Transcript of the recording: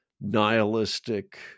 nihilistic